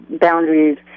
boundaries